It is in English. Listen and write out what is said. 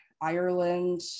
Ireland